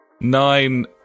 nine